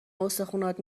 استخونات